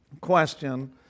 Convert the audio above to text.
question